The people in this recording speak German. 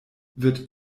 wird